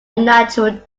natural